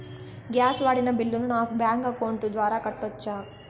Gas వాడిన బిల్లును నా బ్యాంకు అకౌంట్ ద్వారా కట్టొచ్చా?